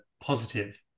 positive